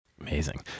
Amazing